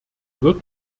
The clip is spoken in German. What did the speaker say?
wird